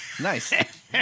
Nice